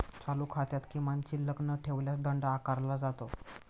चालू खात्यात किमान शिल्लक न ठेवल्यास दंड आकारला जातो